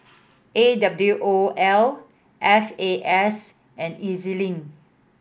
A W O L F A S and E Z Link